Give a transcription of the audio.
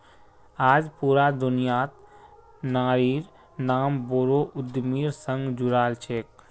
आज पूरा दुनियात नारिर नाम बोरो उद्यमिर संग जुराल छेक